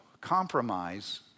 compromise